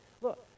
look